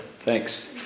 thanks